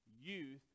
youth